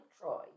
Troy